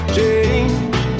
change